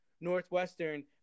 Northwestern